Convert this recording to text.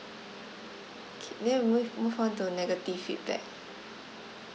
K then we move on to negative feedback